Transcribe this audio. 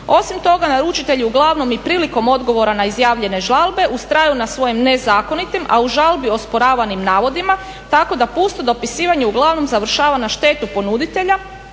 Osim toga naručitelji uglavnom i prilikom odgovora na izjavljene žalbe ustraju na svojim nezakonitim, a u žalbi osporavanim navodima tako da pusto dopisivanje uglavnom završava na štetu ponuditelja